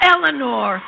Eleanor